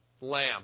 lamb